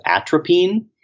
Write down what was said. atropine